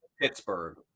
Pittsburgh